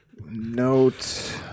note